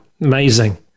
Amazing